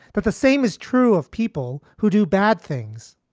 but the same is true of people who do bad things.